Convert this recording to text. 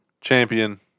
Champion